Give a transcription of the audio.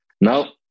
Now